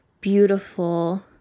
beautiful